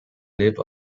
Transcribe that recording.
live